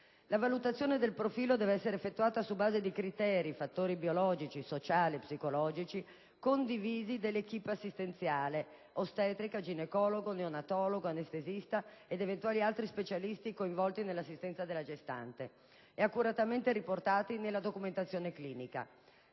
La valutazione del profilo deve essere effettuata sulla base di criteri (fattori biologici, sociali, psicologici) condivisi dall'*équipe* assistenziale (ostetrico, ginecologo, neonatologo, anestesista ed eventuali altri specialisti coinvolti nell'assistenza della gestante) e accuratamente riportati nella documentazione clinica.